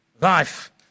Life